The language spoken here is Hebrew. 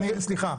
סליחה,